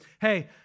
hey